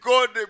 God